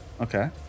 Okay